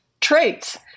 traits